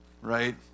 Right